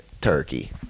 turkey